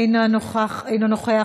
אינו נוכח,